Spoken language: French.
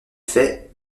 faits